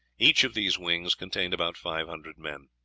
each of these wings contained about five hundred men.